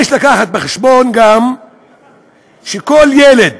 יש להביא בחשבון גם שכל ילד